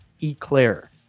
Eclair